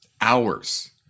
hours